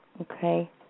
okay